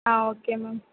ah okay ma'am